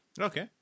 Okay